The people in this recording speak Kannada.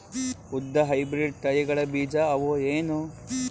ಉದ್ದ ಹೈಬ್ರಿಡ್ ತಳಿಗಳ ಬೀಜ ಅವ ಏನು?